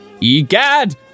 Egad